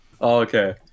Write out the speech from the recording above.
okay